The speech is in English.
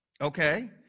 Okay